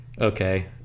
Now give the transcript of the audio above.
okay